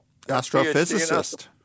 Astrophysicist